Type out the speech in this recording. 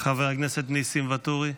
חבר הכנסת ניסים ואטורי,